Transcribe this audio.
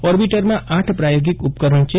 ઓર્બિટરમાં આઠ પ્રાયોગિક ઉપકરણ છે